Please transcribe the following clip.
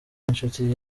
n’inshuti